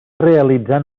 realitzar